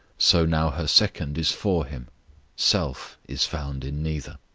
so now her second is for him self is found in neither.